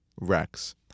rex